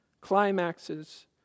climaxes